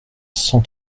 cent